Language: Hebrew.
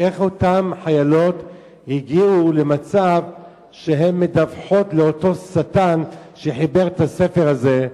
איך אותן חיילות הגיעו למצב שהן מדווחות לאותו שטן שחיבר את הספר הזה,